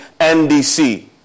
ndc